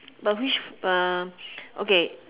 but which but uh okay